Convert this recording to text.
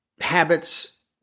habits